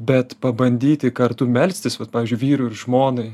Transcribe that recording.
bet pabandyti kartu melstis vat pavyzdžiui vyrui ir žmonai